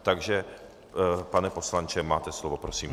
Takže pane poslanče, máte slovo, prosím.